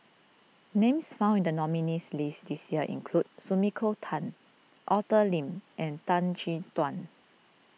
names found in the nominees' list this year include Sumiko Tan Arthur Lim and Tan Chin Tuan